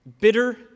bitter